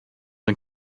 and